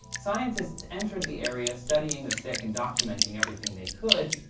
scientists entered the area, studying the sick, and documenting everything they could.